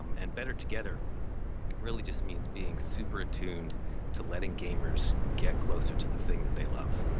um and better together really just means being super attuned to letting gamers get closer to the thing that they love.